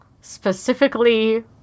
specifically